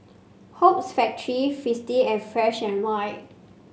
Hoops Factory Fristine and Fresh And White